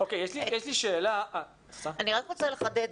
אני רוצה לחדד.